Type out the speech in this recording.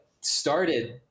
started